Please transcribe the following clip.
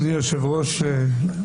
אדוני היושב-ראש,